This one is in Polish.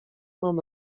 mam